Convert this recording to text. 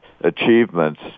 achievements